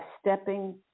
stepping